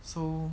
so